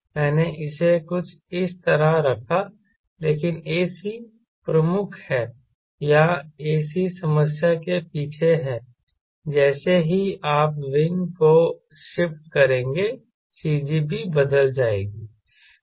मैंने इसे कुछ इस तरह रखा लेकिन ac प्रमुख है या ac समस्या के पीछे है जैसे ही आप विंग को शिफ्ट करेंगे CG भी बदल जाएगी